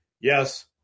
yes